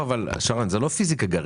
אבל שרן, בסוף זה לא פיסיקה גרעינית.